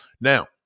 Now